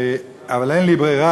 אבל אין לי ברירה,